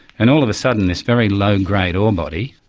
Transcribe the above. and all of a sudden this very low-grade ore body,